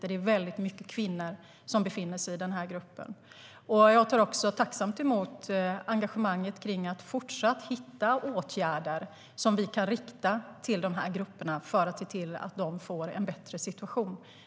Det är väldigt många kvinnor som befinner sig i den gruppen. Jag tar också tacksamt emot engagemanget för att fortsatt hitta åtgärder som vi kan rikta till de här grupperna för att se till att de får en bättre situation.